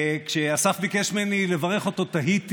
כשאסף ביקש ממני לברך אותו תהיתי